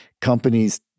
companies